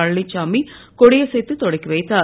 பழனிச்சாமி கொடியசைத்துத் தொடக்கி வைத்தார்